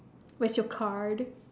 where's your card